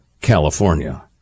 California